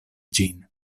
ĝin